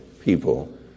people